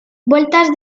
vueltas